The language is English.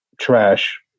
trash